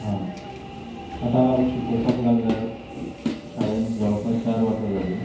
आतां हांव शिकोपाक लागल्यार शाळेंत जवळपास चार वर्सां जालीं